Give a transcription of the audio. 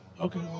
Okay